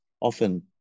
often